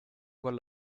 con